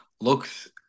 looks